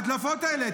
ההדלפות האלה,